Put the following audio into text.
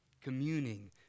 communing